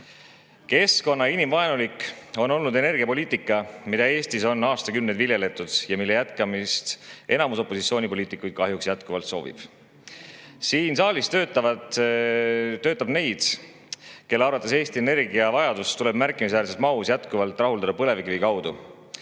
ja inimvaenulik on olnud energiapoliitika, mida Eestis on aastakümneid viljeletud ja mille jätkamist enamus opositsioonipoliitikuid kahjuks jätkuvalt soovib. Siin saalis töötab neid, kelle arvates Eesti energiavajadus tuleb märkimisväärses mahus jätkuvalt rahuldada põlevkivi abil.